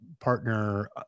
partner